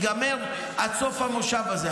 ייגמר עד סוף המושב הזה,